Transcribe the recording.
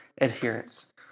adherence